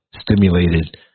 stimulated